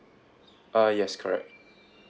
uh yes correct